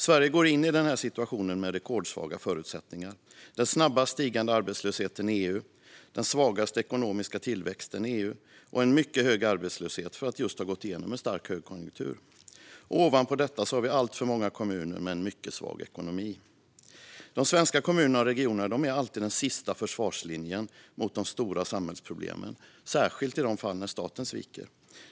Sverige går in i denna situation med rekordsvaga förutsättningar: den snabbast stigande arbetslösheten i EU, den svagaste ekonomiska tillväxten i EU och en mycket hög arbetslöshet för att just ha gått igenom en stark högkonjunktur. Ovanpå detta har vi alltför många kommuner med mycket svag ekonomi. De svenska kommunerna och regionerna är alltid den sista försvarslinjen mot de stora samhällsproblemen, särskilt i de fall där staten sviker.